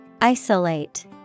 Isolate